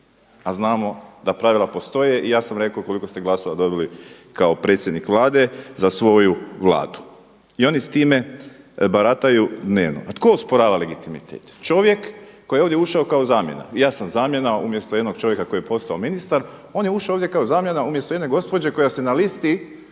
a znamo da pravila postoje i ja sam rekao koliko ste glasova dobili kao predsjednik Vlade za svoju Vladu i oni time barataju dnevno. A tko osporava legitimitet? Čovjek koji ovdje ušao kao zamjena. I ja sam zamjena umjesto jednog čovjeka koji je postao ministar, on je ušao ovdje kao zamjena umjesto jedne gospođe koja se na listi